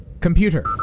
Computer